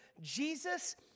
Jesus